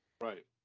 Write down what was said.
Right